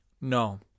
no